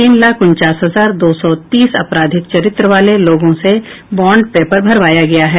तीन लाख उनचास हजार दो सौ तीस अपराधिक चरित्र वाले लोगों से बाँड पेपर भरवाया गया है